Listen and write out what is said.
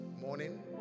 morning